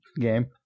game